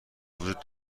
وجود